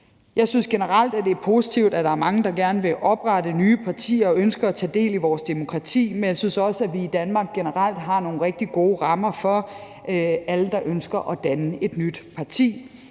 Jeg synes generelt, det er positivt, at der er mange, der gerne vil oprette nye partier og ønsker at tage del i vores demokrati, men jeg synes også, at vi i Danmark generelt har nogle rigtig gode rammer for alle, der ønsker at danne et nyt parti.